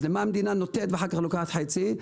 אז למה המדינה נותנת ולוקח חצי?